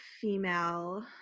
female